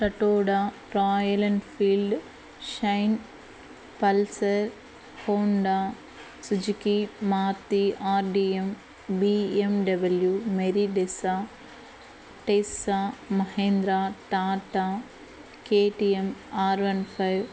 టట్టూడా Royal Enfield Shine Pulsar Honda Suzuki Maruti ఆర్డిఏం BMW Mercedes టిస్సా Mahindra Tata KTM R one five